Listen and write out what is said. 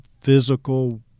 physical